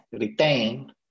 retain